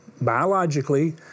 biologically